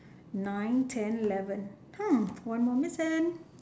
nine ten eleven !huh! one more missing